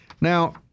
Now